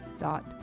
dot